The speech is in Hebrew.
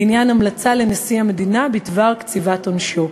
לעניין המלצה לנשיא המדינה בדבר קציבת עונשו.